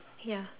ya